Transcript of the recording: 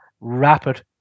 rapid